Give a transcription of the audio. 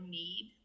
need